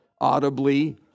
audibly